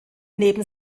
neben